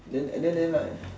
then and then then like